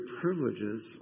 privileges